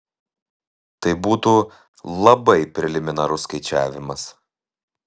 tai būtų labai preliminarus skaičiavimas